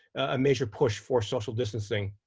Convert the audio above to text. a major push for social distancing.